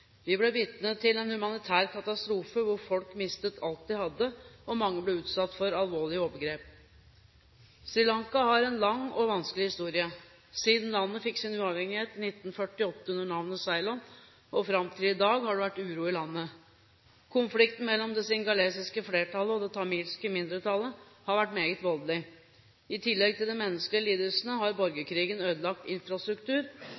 Vi ble vitne til en humanitær katastrofe der folk mistet alt de hadde, og mange ble utsatt for alvorlige overgrep. Sri Lanka har en lang og vanskelig historie. Siden landet fikk sin uavhengighet i 1948 under navnet Ceylon og fram til i dag, har det vært uro i landet. Konflikten mellom det singalesiske flertallet og det tamilske mindretallet har vært meget voldelig. I tillegg til de menneskelige lidelsene har